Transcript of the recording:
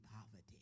poverty